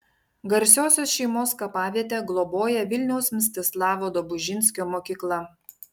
garsiosios šeimos kapavietę globoja vilniaus mstislavo dobužinskio mokykla